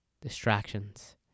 distractions